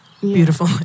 beautiful